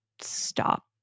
stop